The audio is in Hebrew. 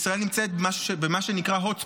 ישראל נמצאת במה שנקרא hot spot.